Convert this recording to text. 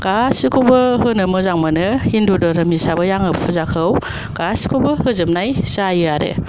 गासैखौबो होनो मोजां मोनो हिन्दु धोरोम हिसाबै आङो फुजाखौ गासैखौबो होजोबनाय जायो आरो